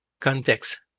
context